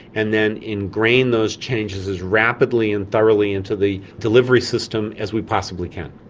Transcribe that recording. and then ingrain those changes as rapidly and thoroughly into the delivery system as we possibly can.